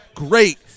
Great